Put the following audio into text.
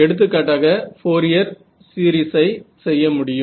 எடுத்துக்காட்டாக ஃபோரியர் சீரியஸை செய்ய முடியும்